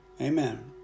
Amen